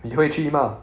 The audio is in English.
你会去吗